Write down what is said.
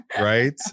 right